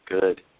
Good